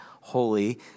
holy